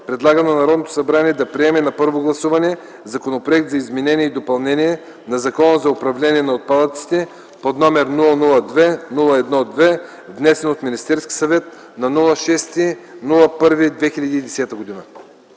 предлага на Народното събрание да приеме на първо гласуване Законопроект за изменение и допълнение на Закона за управление на отпадъците, № 002-01 2, внесен от Министерския съвет на 6 януари 2010 г.”